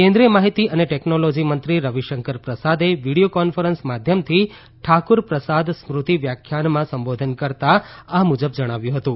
કેન્દ્રિય માહિતી અને ટેકનોલોજી મંત્રી રવિશંકર પ્રસાદે વીડિયો કોન્ફરન્સ માધ્યમથી ઠાકુર પ્રસાદ સ્મૃતિ વ્યાખ્યાનમાં સંબોધન કરતાં આ મુજબ જણાવ્યું હતું